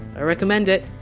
i recommend it.